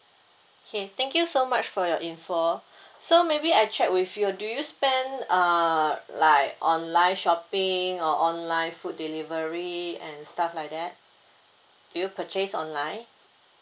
okay thank you so much for your info so maybe I check with you do you spend uh like online shopping or online food delivery and stuff like that do you purchase online